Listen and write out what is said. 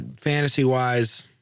Fantasy-wise